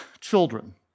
children